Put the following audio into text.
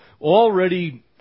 already